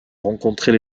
rencontrer